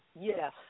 Yes